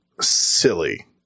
silly